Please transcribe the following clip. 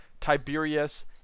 Tiberius